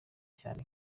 cyane